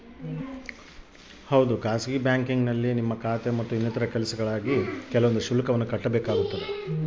ಖಾಸಗಿ ಬ್ಯಾಂಕಿಂಗ್ನಲ್ಲಿ ನಮ್ಮ ಖಾತೆ ಮತ್ತು ಇನ್ನಿತರ ಕೆಲಸಗಳಿಗೆ ಹೆಚ್ಚು ಶುಲ್ಕ ಕಟ್ಟಬೇಕಾಗುತ್ತದೆ